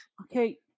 Okay